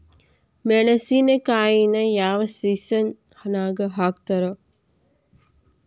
ಮೆಣಸಿನಕಾಯಿನ ಯಾವ ಸೇಸನ್ ನಾಗ್ ಹಾಕ್ತಾರ?